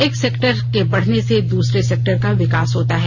एक सेक्टर के बढने से दूसरे सेक्टर का विकास होता है